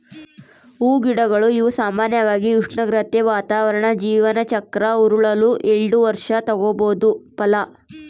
ಹೂಗಿಡಗಳು ಇವು ಸಾಮಾನ್ಯವಾಗಿ ಉಷ್ಣಾಗ್ರತೆ, ವಾತಾವರಣ ಜೀವನ ಚಕ್ರ ಉರುಳಲು ಎಲ್ಡು ವರ್ಷ ತಗಂಬೋ ಫಲ